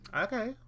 okay